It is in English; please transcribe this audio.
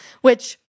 which-